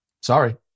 Sorry